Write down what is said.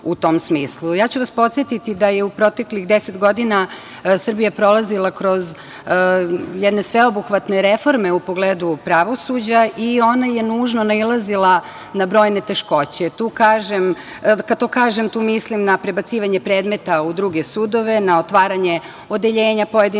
vas da je u proteklih 10 godina Srbija prolazila kroz jedne sveobuhvatne reforme u pogledu pravosuđa i ona je nužno nailazila na brojne teškoće. Kad to kažem, tu mislim na prebacivanje predmeta u druge sudove, na otvaranje odeljenja pojedinih